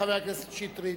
חבר הכנסת שטרית.